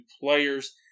players